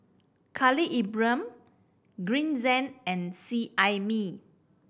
Khalil Ibrahim Green Zeng and Seet Ai Mee